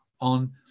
on